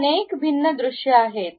इथे अनेक भिन्न दृश्ये आहेत